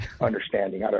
understanding